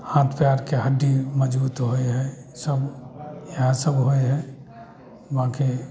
हाथ पएरके हड्डी मजबूत होइ हइ सब इएह सब होइ हइ बाँकि